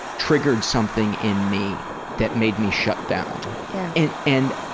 triggered something in me that made me shut down. yeah and and,